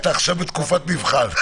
אתה עכשיו בתקופת מבחן.